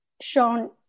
shown